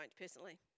personally